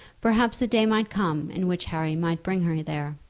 perhaps a day might come in which harry might bring her there.